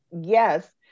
Yes